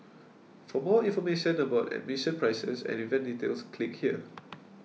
for more information about admission prices and event details click here